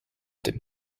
dem